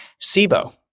SIBO